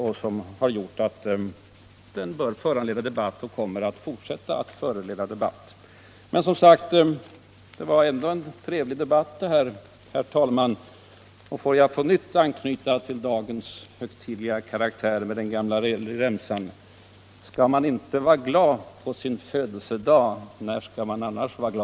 Detta har gjort att frågan bör föranleda debatt — och kommer att fortsätta att föranleda debatt. Detta var ändå en trevlig debatt, herr talman, och jag får kanske på nytt anknyta till dagens högtidliga karaktär med den gamla ramsan: Ska” man inte va” gla” på sin födelseda"! När ska” man då vara gla”!